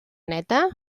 neta